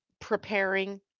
preparing